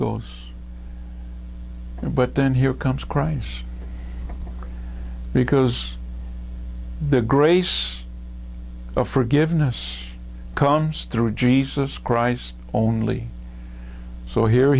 goes but then here comes christ because the grace of forgiveness comes through jesus christ only so here